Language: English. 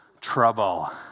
Trouble